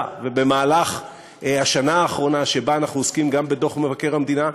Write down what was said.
ובמהלך השנה האחרונה שבה אנחנו עוסקים גם בדוח מבקר המדינה,